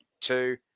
Two